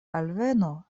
alveno